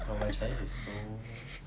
well my chinese is so